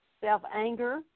self-anger